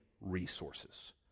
resources